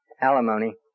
alimony